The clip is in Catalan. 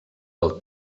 del